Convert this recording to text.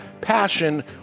passion